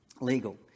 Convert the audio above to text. legal